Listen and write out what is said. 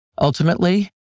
Ultimately